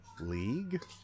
league